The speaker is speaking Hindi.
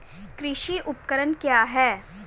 कृषि उपकरण क्या है?